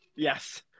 Yes